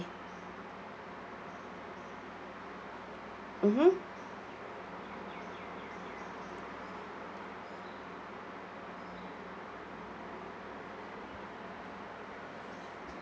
mmhmm